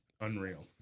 Unreal